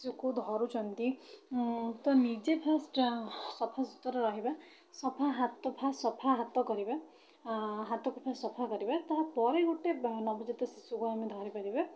ଶିଶୁକୁ ଧରୁଚନ୍ତି ତ ନିଜେ ଫାର୍ଷ୍ଟ ସଫାସୁତୁରା ରହିବା ସଫା ହାତ ଫାର୍ଷ୍ଟ ସଫା ହାତ କରିବା ହାତକୁ ଫାର୍ଷ୍ଟ ସଫା କରିବା ତା'ପରେ ଗୋଟେ ନବଜାତ ଶିଶୁକୁ ଆମେ ଧରିପାରିବା